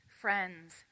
Friends